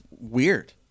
weird